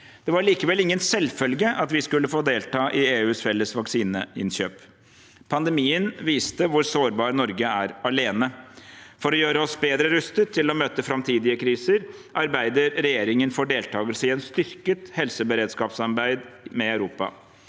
Det var likevel ingen selvfølge at vi skulle få delta i EUs felles vaksineinnkjøp. Pandemien viste hvor sårbart Norge er alene. For å gjøre oss bedre rustet til å møte framtidige kriser arbeider regjeringen for deltakelse i et styrket helseberedskapssamarbeid med Europa.